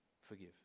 Forgive